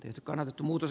nyt kannatettu muutos